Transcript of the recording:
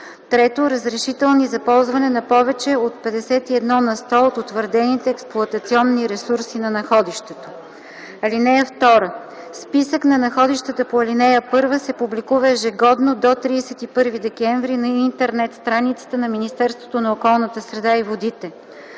3. разрешителни за ползване на повече от 51 на сто от утвърдените експлоатационни ресурси на находището. (2) Списък на находищата по ал. 1 се публикува ежегодно до 31 декември на интернет страницата на Министерството на околната среда и водите.